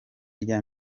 rya